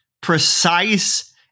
precise